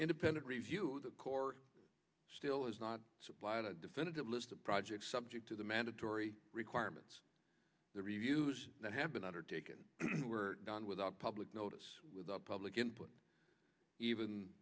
independent review the corps still has not supplied a definitive list of projects subject to the mandatory requirements the reviews that have been undertaken were done without public notice without public input even